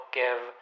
give